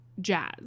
Jazz